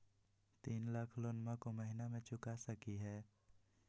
तीन लाख लोनमा को महीना मे चुका सकी हय?